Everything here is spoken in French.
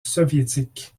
soviétique